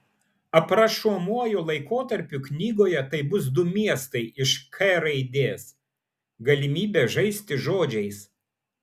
aprašomuoju laikotarpiu knygoje tai bus du miestai iš k raidės galimybė žaisti žodžiais